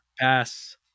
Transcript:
pass